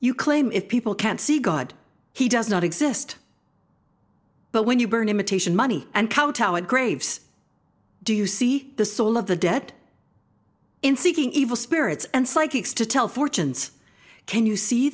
you claim if people can't see god he does not exist but when you burn imitation money and kowtow and graves do you see the soul of the dead in seeking evil spirits and psychics to tell fortunes can you see